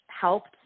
helped